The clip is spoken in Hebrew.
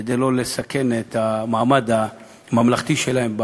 כדי שלא לסכן את המעמד הממלכתי שלהם,